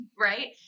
right